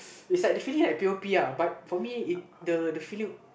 it's like the feeling like P_O_Puhbut for me it the feeling